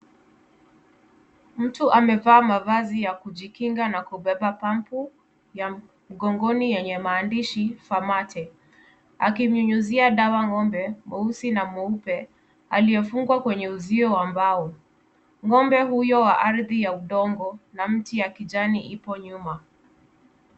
Mtu amevaa mavazi ya kujikinga na kubeba pambu mgogoni yenye maandishi farmate , akinyunyuzia dawa ng'ombe mweusi na mweupe aliyefungwa kwenye uzio wa mbao, ng'ombe huyo wa ardhi ya udongo na mti ya kijani ipo nyuma.